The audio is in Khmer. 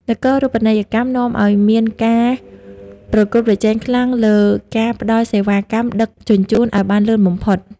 នគរូបនីយកម្មនាំឱ្យមានការប្រកួតប្រជែងខ្លាំងលើ "ការផ្ដល់សេវាកម្មដឹកជញ្ជូនឱ្យបានលឿនបំផុត" ។